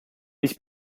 ich